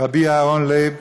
רבי אהרון לייב